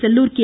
Sellur K